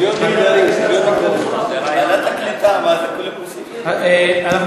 לתת-הוועדה, ועדת הטכנולוגיה, איפה גפני?